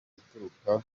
ituruka